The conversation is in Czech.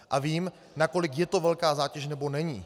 A vím, nakolik je to velká zátěž, nebo není.